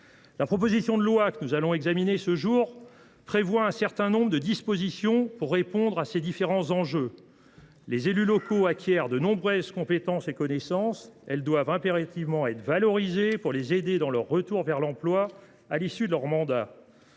La proposition de loi dont nous entamons l’examen prévoit un certain nombre de dispositions visant à répondre à ces différents enjeux. Les élus locaux acquièrent de nombreuses compétences et connaissances, qui doivent impérativement être valorisées, pour les aider dans leur retour vers l’emploi à l’issue de leur mandat.